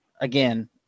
Again